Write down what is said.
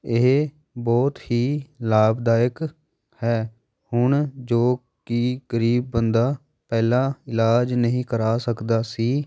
ਇਹ ਬਹੁਤ ਹੀ ਲਾਭਦਾਇਕ ਹੈ ਹੁਣ ਜੋ ਕਿ ਗਰੀਬ ਬੰਦਾ ਪਹਿਲਾਂ ਇਲਾਜ ਨਹੀਂ ਕਰਵਾ ਸਕਦਾ ਸੀ